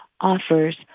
offers